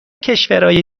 کشورای